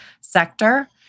sector